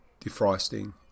defrosting